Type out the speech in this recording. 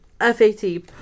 F-A-T